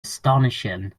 astonishing